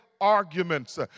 Arguments